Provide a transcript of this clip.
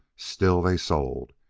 still they sold,